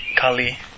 Kali